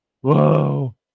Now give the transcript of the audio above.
Whoa